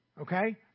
okay